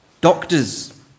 doctors